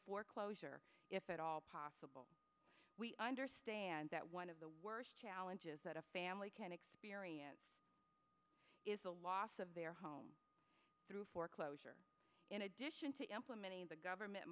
foreclosure if at all possible we understand that one of the worst challenges that a family can experience is the loss of their home through foreclosure in addition to implementing the government